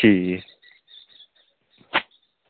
ठीक ऐ